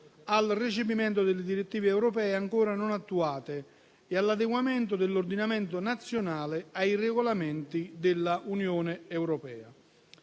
al recepimento delle direttive europee ancora non attuate e all'adeguamento dell'ordinamento nazionale ai regolamenti dell'Unione europea.